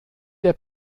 der